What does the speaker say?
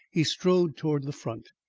he strode towards the front.